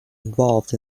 involved